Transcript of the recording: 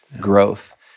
growth